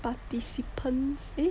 participants